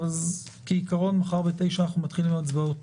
אז כעיקרון מחר ב-09:00 אנחנו מתחילים הצבעות